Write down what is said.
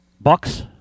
Bucks